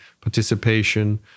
participation